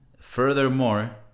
furthermore